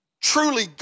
truly